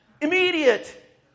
Immediate